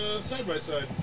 side-by-side